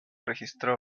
registró